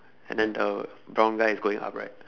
and then the brown guy is going up right